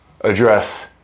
address